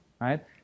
right